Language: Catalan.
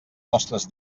nostres